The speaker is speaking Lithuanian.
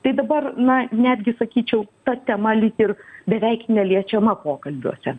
tai dabar na netgi sakyčiau ta tema lyg ir beveik neliečiama pokalbiuose